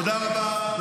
תודה, אדוני השר.